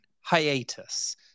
hiatus